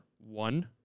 one